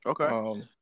Okay